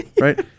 Right